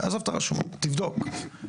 עזוב את הרשומות, תבדוק.